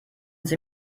sie